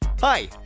Hi